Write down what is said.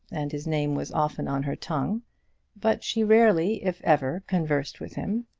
and his name was often on her tongue but she rarely, if ever, conversed with him,